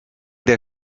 der